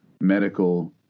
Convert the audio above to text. medical